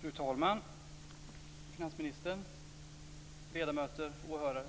Fru talman! Finansministern! Ledamöter och åhörare!